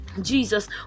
jesus